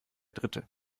dritte